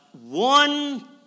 one